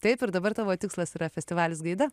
taip ir dabar tavo tikslas yra festivalis gaida